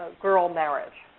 girl marriage,